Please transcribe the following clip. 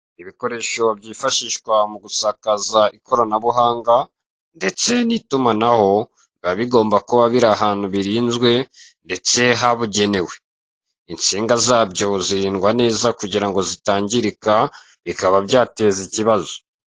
Ibikoresho byifashishwa mu gusakaza ikoranabuhanga ndetse n'itumanaho biba bigomba kuba biri ahantu birinzwe ndetse habugenewe. Insinga zabyo zirindwa neza kugira ngo zitangirika bikaba byateza ikibazo.